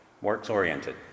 Works-oriented